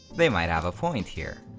they might have a point here.